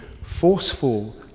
forceful